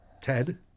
Ted